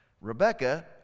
Rebecca